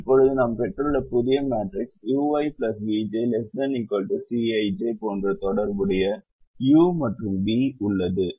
இப்போது நாம் பெற்றுள்ள புதிய மேட்ரிக்ஸில் ui vj ≤ Cij போன்ற தொடர்புடைய u மற்றும் v உள்ளது